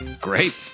Great